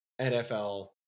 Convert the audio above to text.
NFL